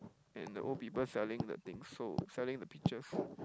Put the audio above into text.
and the old people selling the things so selling the pictures